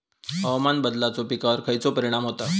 हवामान बदलाचो पिकावर खयचो परिणाम होता?